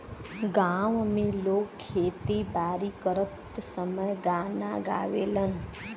गांव में लोग खेती बारी करत समय गाना गावेलन